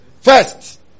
First